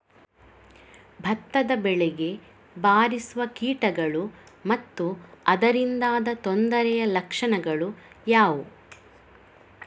ಭತ್ತದ ಬೆಳೆಗೆ ಬಾರಿಸುವ ಕೀಟಗಳು ಮತ್ತು ಅದರಿಂದಾದ ತೊಂದರೆಯ ಲಕ್ಷಣಗಳು ಯಾವುವು?